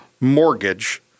mortgage